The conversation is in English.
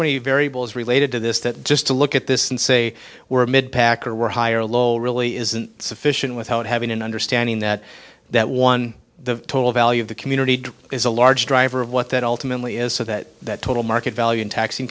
many variables related to this that just to look at this and say we're mid pack or were high or low really isn't sufficient without having an understanding that that one the total value of the community is a large driver of what that ultimately is so that that total market value in tax